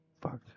fuck